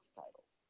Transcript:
titles